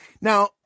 Now